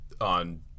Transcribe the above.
on